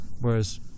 whereas